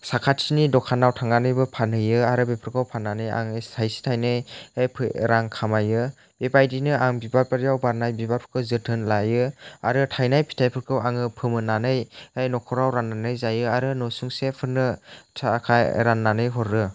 साखाथिनि दखानाव थांनानैबो फानहैयो आरो बेफोरखौ फाननानै आङो थाइसे थाइनै रां खामायो बेबायदिनो आं बिबार बारिआव बारनाय बिबारफोरखौ जोथोन लायो आरो थाइनाय फिथाइफोरखौ आङो फोमोननानै न'खराव राननानै जायो आरो न'सुंसेफोरनो राननानै हरो